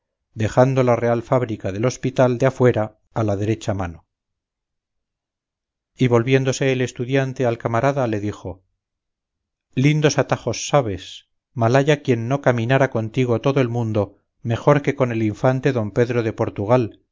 dejando la real fábrica del hospital de afuera a la derecha mano y volviéndose el estudiante al camarada le dijo lindos atajos sabes malhaya quien no caminara contigo todo el mundo mejor que con el infante don pedro de portugal